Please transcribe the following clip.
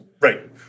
Right